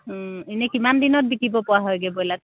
এনেই কিমান দিনত বিকিবপৰা হয়গৈ ব্ৰইলাৰ